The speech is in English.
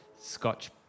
Scotch